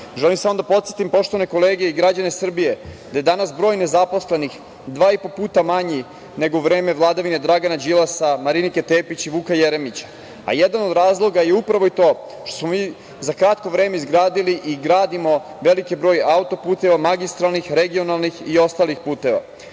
samo da podsetim poštovane kolege i građane Srbije da je danas broj nezaposlenih dva i po puta manji nego u vreme vladavine Dragana Đilasa, Marinike Tepić i Vuka Jeremića. Jedan od razloga je upravo i to što smo mi za kratko vreme izgradili i gradimo veliki broj autoputeva magistralnih, regionalnih i ostalih puteva. Ono